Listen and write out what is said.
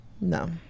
No